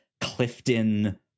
Clifton